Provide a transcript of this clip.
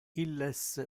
illes